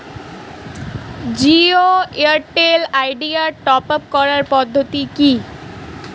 Jio Airtel Idea top up করার পদ্ধতি কি?